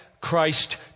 Christ